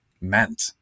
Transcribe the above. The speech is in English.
meant